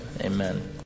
amen